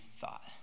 thought